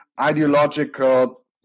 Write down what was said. ideological